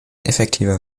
effektiver